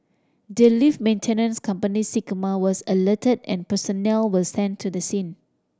the lift maintenance company Sigma was alerted and personnel were sent to the scene